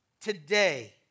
today